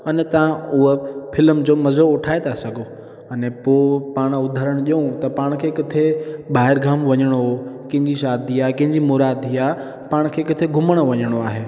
मन तव्हां उहा फिल्म जो मज़ो उठाए था सघो अने पोइ पाण उदाहरण ॾियूं त पाण खे किथे ॿाहिरि ॻाम वञिणो हो कंहिंजी शादी आहे कंहिंजी मुरादी आहे पाण खे किथे घुमणु वञिणो आहे